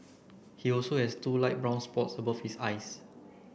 he also has two light brown spots above his eyes